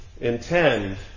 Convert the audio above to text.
intend